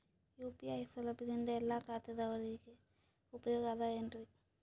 UPI ಸೌಲಭ್ಯದಿಂದ ಎಲ್ಲಾ ಖಾತಾದಾವರಿಗ ಉಪಯೋಗ ಅದ ಏನ್ರಿ?